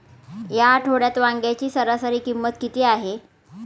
या आठवड्यात वांग्याची सरासरी किंमत किती आहे?